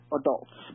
adults